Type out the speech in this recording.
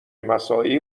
مساعی